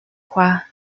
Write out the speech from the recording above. croix